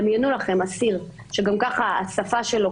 דמיינו לכם אסיר שגם ככה השפה שלו,